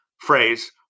phrase